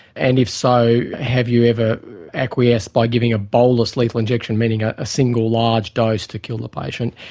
and if so, have you ever acquiesced by giving a bolus lethal injection, meaning ah a single large dose to kill the patient.